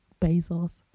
Bezos